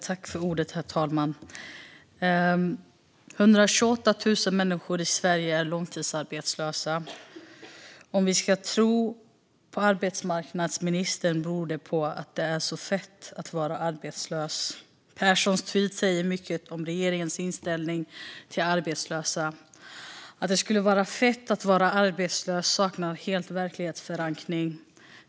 Herr talman! 128 000 människor i Sverige är långtidsarbetslösa. Om vi ska tro arbetsmarknadsministern beror det på att det är så "fett" att vara arbetslös. Pehrsons tweet säger mycket om regeringens inställning till arbetslösa. Att det skulle vara "fett" att vara arbetslös saknar helt verklighetsförankring.